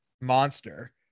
monster